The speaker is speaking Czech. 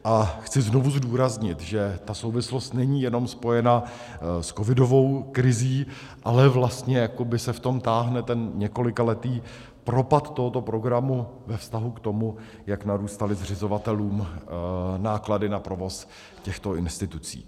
A chci znovu zdůraznit, že ta souvislost není jenom spojena s covidovou krizí, ale vlastně jakoby se v tom táhne ten několikaletý propad tohoto programu ve vztahu k tomu, jak narůstaly zřizovatelům náklady na provoz těchto institucí.